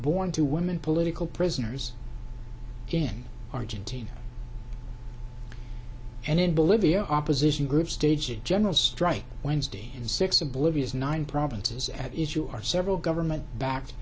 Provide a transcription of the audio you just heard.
born to women political prisoners in argentina and in bolivia opposition group stages a general strike wednesday six oblivious nine provinces at issue are several government backed